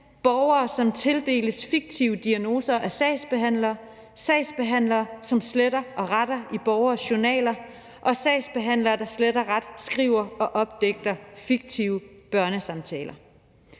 borgere, som tildeles fiktive diagnoser af sagsbehandlere, sagsbehandlere, som sletter og retter i borgeres journaler, og sagsbehandlere, der slet og ret skriver og opdigter fiktive børnesamtaler.